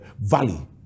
valley